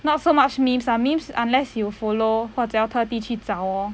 not so much memes ah memes unless you follow 或者要特地去找咯